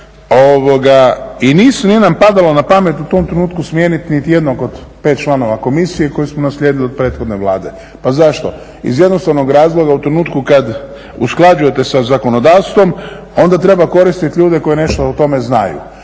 I nije nam padalo na pamet u tom trenutku smijeniti niti jednog od pet članova Komisije koji smo naslijedili od prethodne Vlade. Pa zašto? Iz jednostavnog razloga u trenutku kad usklađujete sa zakonodavstvom onda treba koristit ljude koji nešto o tome znaju